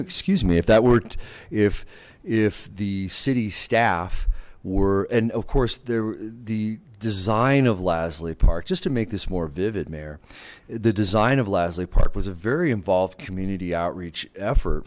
excuse me if that worked if if the city staff were and of course they're the design of lasley park just to make this more vivid mayor the design of lasley park was a very involved community outreach effort